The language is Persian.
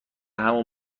همون